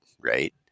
right